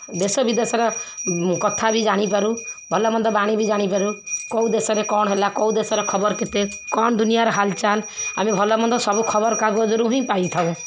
ଦେଶ ବିଦେଶର କଥାବି ଜାଣିପାରୁ ଭଲ ମନ୍ଦ ବାଣୀ ବି ଜାଣିପାରୁ କେଉଁ ଦେଶରେ କ'ଣ ହେଲା କେଉଁ ଦେଶର ଖବର କେତେ କ'ଣ ଦୁନିଆର ହାଲ୍ଚାଲ୍ ଆମେ ଭଲମନ୍ଦ ସବୁ ଖବରକାଗଜରୁ ହିଁ ପାଇଥାଉ